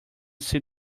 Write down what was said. see